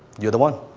you're the one.